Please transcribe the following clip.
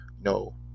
no